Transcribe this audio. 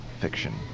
fiction